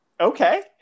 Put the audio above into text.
Okay